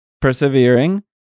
persevering